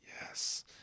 yes